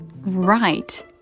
right